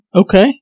Okay